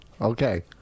Okay